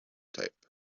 type